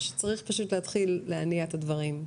שצריך פשוט להתחיל להניע את הדברים,